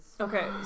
Okay